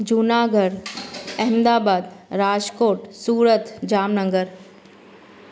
Junagadh Ahmedabad Rajkot Surat Jamnagar